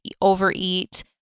overeat